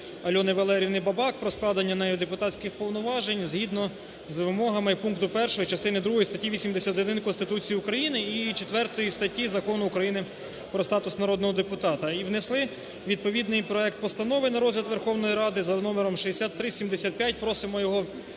Альони Валеріївни Бабак про складення нею депутатських повноважень згідно з вимогами пункту 1 частини другої статті 81 Конституції України і 4 статті Закону України "Про статус народного депутата" і внесли відповідний проект постанови на розгляд Верховної Ради (за номером 6375). Просимо його